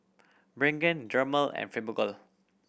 Pregain Dermale and Fibogel